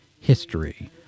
history